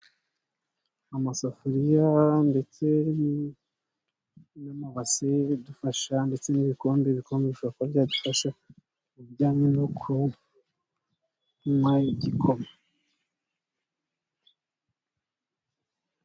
Amasafuriya ndetse n'amabase bidufasha, ndetse n'ibikombe, ibikombe bishobora kuba byadufasha mu bijyanye no kuywa igikoma.